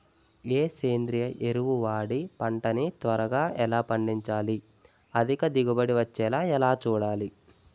ఏ సేంద్రీయ ఎరువు వాడి పంట ని త్వరగా ఎలా పండించాలి? అధిక దిగుబడి వచ్చేలా ఎలా చూడాలి?